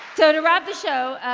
so to wrap the show,